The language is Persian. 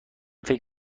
فکر